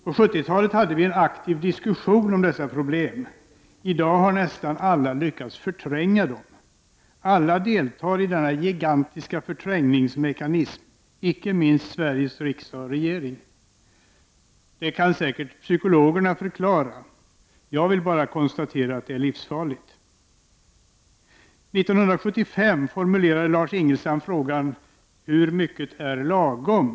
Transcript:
På 70-talet hade vi en aktiv diskussion om dessa problem. I dag har nästan alla lyckats förtränga dem. Alla deltar i denna gigantiska förträngningsmekanism, icke minst Sveriges riksdag och regering. Detta kan säkert psykologerna förklara, jag vill bara konstatera att det är livsfarligt. 1975 formulerade Lars Ingelstam frågan ”Hur mycket är lagom?”.